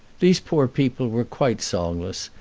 these poor people were quite songless,